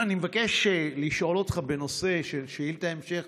אני מבקש לשאול אותך בנושא של, שאילתת המשך.